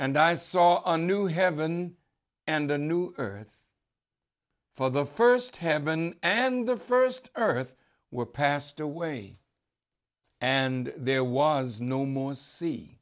and i saw a new heaven and a new earth for the first heaven and the first earth were passed away and there was no moon see